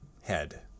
head